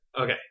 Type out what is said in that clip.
Okay